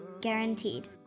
Guaranteed